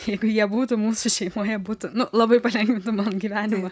jeigu jie būtų mūsų šeimoje būtų labai palengvintų mano gyvenimą